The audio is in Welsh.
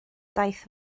daith